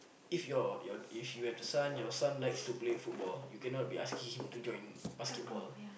if your you if you have a son your son likes to play football you cannot be asking him to join basketball